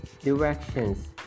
Directions